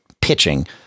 pitching –